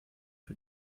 für